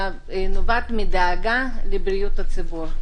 אלא נובעת מדאגה לבריאות הציבור.